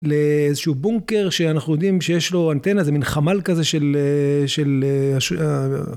לאיזשהו בונקר שאנחנו יודעים שיש לו אנטנה זה מין חמל כזה של.